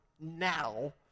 now